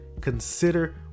consider